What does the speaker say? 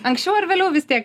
anksčiau ar vėliau vis tiek